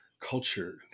culture